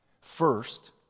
First